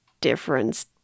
difference